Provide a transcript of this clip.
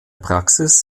praxis